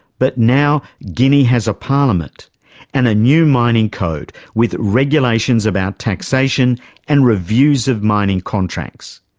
but now guinea has a parliament and a new mining code with regulations about taxation and reviews of mining contracts.